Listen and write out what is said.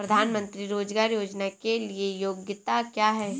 प्रधानमंत्री रोज़गार योजना के लिए योग्यता क्या है?